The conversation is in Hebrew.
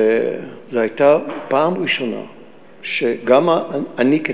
שזו הייתה פעם ראשונה שאני כשר,